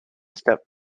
step